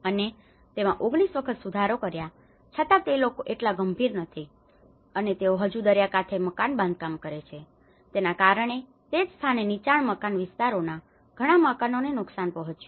અને તેમાં 19 વખત સુધારો કર્યા છતાં તે લોકો એટલા ગંભીર નથી અને તેઓ હજું દરિયાકાંઠે મકાન બાંધકામ કરે છે અને તેના કારણે તે જ સ્થાને નીચાણમકાન વિસ્તારોના ઘણા મકાનોને નુકસાન પહોંચ્યું